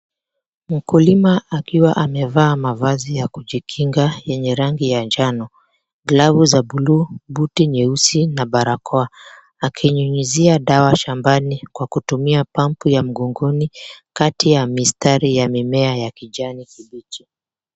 Mkulima akiwa amevaa mavazi ya kujikinga yenye rangi ya njano. Glavu za buluu, buti nyeusi na barakoa akinyunyizia dawa shambani kwa kutumia pump ya mgongoni kati ya mistari ya mimea ya kijani kibichi.